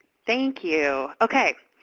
thank you. okay.